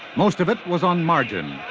most of it was on margin,